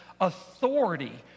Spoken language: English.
authority